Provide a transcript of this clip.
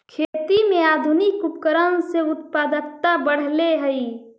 खेती में आधुनिक उपकरण से उत्पादकता बढ़ले हइ